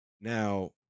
Now